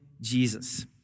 Jesus